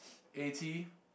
eighty